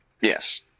Yes